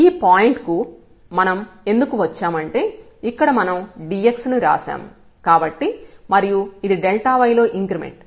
ఈ పాయింట్ కు మనం ఎందుకు వచ్చామంటే ఇక్కడ మనం dx ను రాశాం కాబట్టి మరియు ఇది y లో ఇంక్రిమెంట్